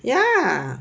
ya